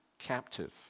captive